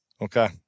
Okay